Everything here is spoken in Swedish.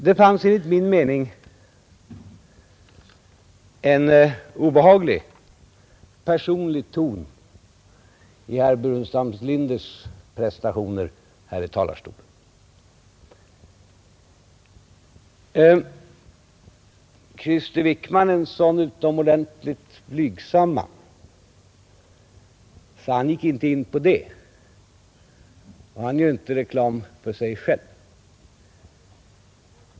Det fanns enligt min mening en obehaglig, personlig ton i herr Burenstam Linders prestationer här i talarstolen. Krister Wickman är en sådan utomordentligt blygsam man att han inte gick in på det, och han gör inte reklam för sig själv.